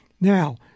Now